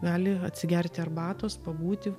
gali atsigerti arbatos pabūti